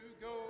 go